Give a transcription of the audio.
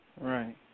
Right